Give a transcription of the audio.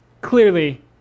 clearly